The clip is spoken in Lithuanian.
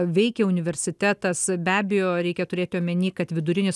veikia universitetas be abejo reikia turėti omeny kad vidurinis